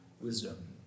wisdom